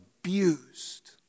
Abused